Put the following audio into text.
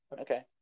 Okay